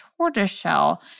tortoiseshell